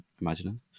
imagining